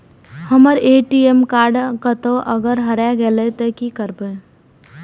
हमर ATM card कतहो अगर हेराय गले ते की करबे?